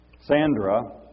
Sandra